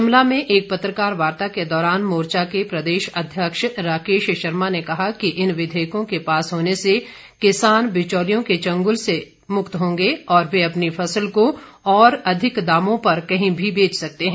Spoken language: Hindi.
शिमला में एक पत्रकार वार्ता के दौरान मोर्चा के प्रदेशाध्यक्ष राकेश शर्मा ने कहा कि इन विधेयकों के पास होने से किसान बिचौलियों के चंगुल से मुक्त होंगे और वे अपनी फसल को और अधिक दामों पर कहीं भी बेच सकते हैं